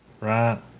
Right